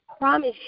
promise